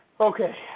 Okay